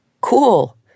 Cool